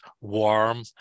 warm